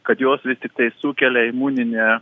kad jos vis tiktai sukelia imuninę